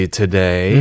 today